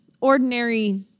ordinary